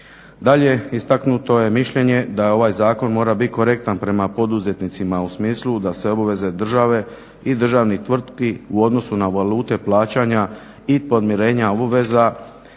Dalje, istaknuto je mišljenje da ovaj zakon mora biti korektan prema poduzetnicima u smislu da se obaveze države i državnih tvrtki u odnosu na valute plaćanja i podmirenja obaveza